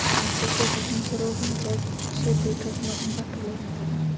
आमच्या शेतातून सर्व भाज्या शेतीट्रकमधून पाठवल्या जातात